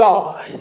God